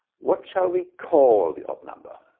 what shall we call the odd number?